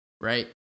right